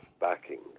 backing